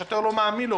השוטר לא מאמין לו.